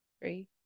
three